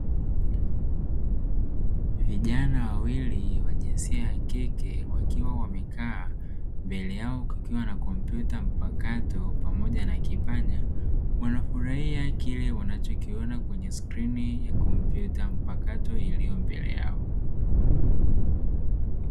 Vijana wawili wa jinsia ya kike wakiwa wamekaa mbele yao kukiwa na kompyuta mpakato pamoja na kipanya wanafurahia kile wanachokiona kwenye skrini ya kompyuta mpakato iliyo mbele yao.